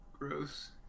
Gross